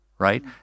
right